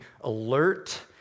alert